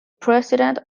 president